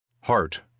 Heart